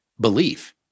belief